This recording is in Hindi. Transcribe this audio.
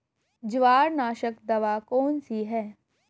जवार नाशक दवा कौन सी है?